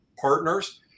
partners